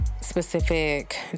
specific